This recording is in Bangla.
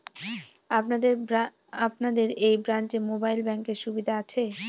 আপনাদের এই ব্রাঞ্চে মোবাইল ব্যাংকের সুবিধে আছে?